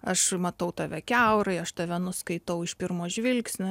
aš matau tave kiaurai aš tave nuskaitau iš pirmo žvilgsnio